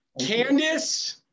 Candice